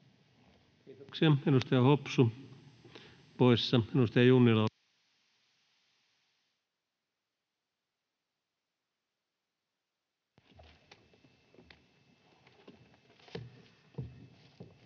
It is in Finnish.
Kiitoksia. — Edustaja Hopsu poissa. — Edustaja Junnila, olkaa